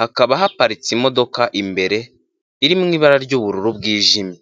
hakaba haparitse imodoka imbere, iri mu ibara ry'ubururu bwijimye.